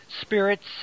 spirits